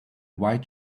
white